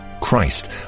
Christ